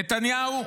נתניהו.